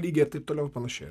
lygiai taip toliau panašiai